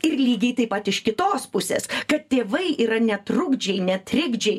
ir lygiai taip pat iš kitos pusės kad tėvai yra ne trukdžiai ne trikdžiai